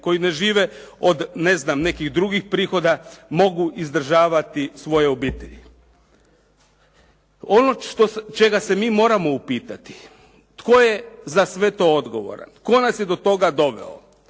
koji ne žive od ne znam nekih drugih prihoda mogu izdržavati svoje obitelji. Ono čega se mi moramo upitati, tko je za sve to odgovoran? Tko nas je do toga doveo?